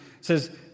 says